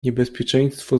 niebezpieczeństwo